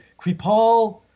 Kripal